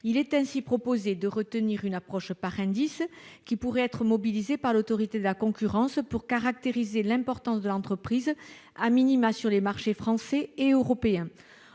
Il est ainsi proposé de retenir une approche par indices, qui pourraient être mobilisés par l'Autorité de la concurrence pour caractériser l'importance de l'entreprise, sur les marchés français et européen.